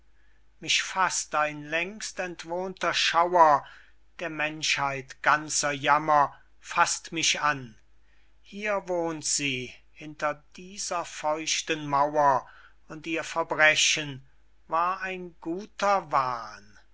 mich faßt ein längst entwohnter schauer der menschheit ganzer jammer faßt mich an hier wohnt sie hinter dieser feuchten mauer und ihr verbrechen war ein guter wahn